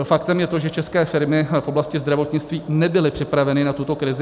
Faktem je to, že české firmy v oblasti zdravotnictví nebyly připraveny na tuto krizi.